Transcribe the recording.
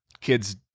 kids